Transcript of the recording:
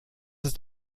ist